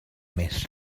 més